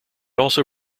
also